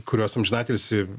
kuriuos amžinatilsį